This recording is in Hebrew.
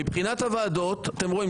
מבחינת הוועדות אתם רואים,